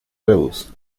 reus